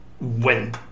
When